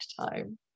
time